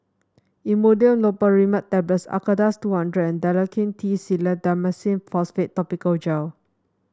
Imodium Loperamide Tablets Acardust two hundred and Dalacin T Clindamycin Phosphate Topical Gel